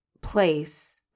place